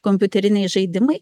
kompiuteriniai žaidimai